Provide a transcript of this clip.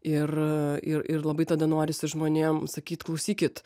ir ir ir labai tada norisi žmonėm sakyt klausykit